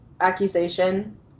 accusation